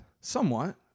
Somewhat